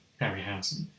Harryhausen